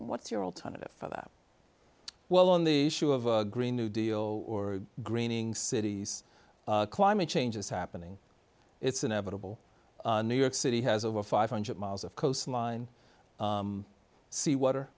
what's your alternative for that well on the issue of a green new deal or greening cities climate change is happening it's inevitable new york city has over five hundred miles of coastline sea wat